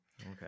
Okay